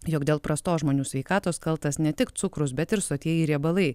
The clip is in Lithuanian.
jog dėl prastos žmonių sveikatos kaltas ne tik cukrus bet ir sotieji riebalai